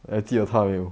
你还记得她有